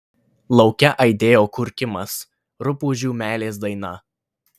lauke aidėjo kurkimas rupūžių meilės daina